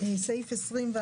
סעיף 19,